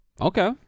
Okay